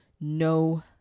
no